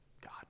God